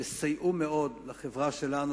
יסייעו מאוד לחברה שלנו,